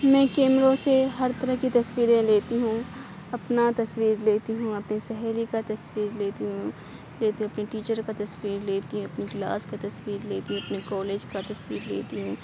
میں کیمروں سے ہر طرح کی تصویر لیتی ہوں اپنا تصویر لیتی ہوں اپنی سہیلی کا تصویر لیتی ہوں اپنے ٹیچر کا تصویر لیتی ہوں اپنے کلاس کا تصویر لیتی ہوں اپنے کالج کا تصویر لیتی ہوں